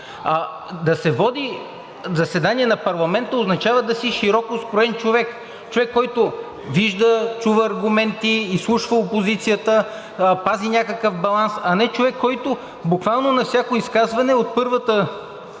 Да се води заседание на парламента означава да си широкоскроен човек. Човек, който вижда, чува аргументи, изслушва опозицията, пази някакъв баланс. А не човек, който буквално на всяко изказване от 20-ата